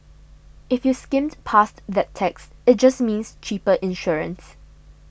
if you skimmed past that text it just means cheaper insurance